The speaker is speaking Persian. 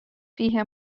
فیه